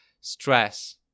stress